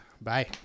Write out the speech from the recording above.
Bye